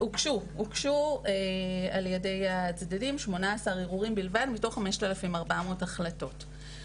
הוגשו על ידי הצדדים 18 ערעורים בלבד מתוך 5,400 החלטות.